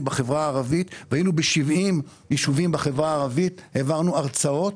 בחברה הערבית והיינו ב-70 ישובים בחברה הערבית והעברנו הרצאות,